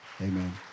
Amen